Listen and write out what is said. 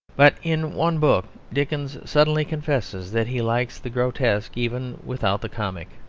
but in one book dickens suddenly confesses that he likes the grotesque even without the comic.